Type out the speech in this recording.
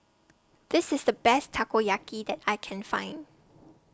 This IS The Best Takoyaki that I Can Find